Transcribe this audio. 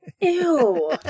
Ew